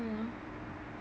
mm